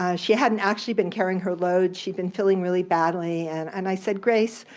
ah she hadn't actually been carrying her load. she'd been feeling really badly, and and i said, grace,